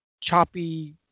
choppy